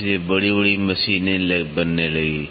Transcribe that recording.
इसलिए बड़ी बड़ी मशीनें （machines）बनने लगीं